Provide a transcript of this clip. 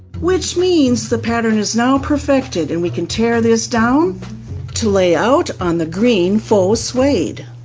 which means the pattern is now perfected and we can tear this down to lay out on the green fauxl suede.